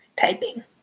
Typing